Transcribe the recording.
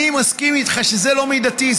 אני מסכים איתך שזה לא מידתי,